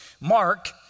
Mark